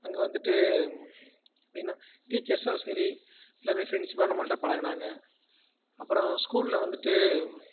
அங்கே வந்துட்டு எப்படின்னா டீச்சர்ஸும் சரி எல்லாமே ஃபிரெண்ட்ஷிப்பாக நம்மகிட்ட பழகினாங்க அப்புறம் ஸ்கூலில் வந்துட்டு